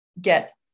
get